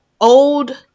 old